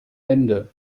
ende